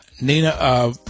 Nina